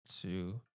two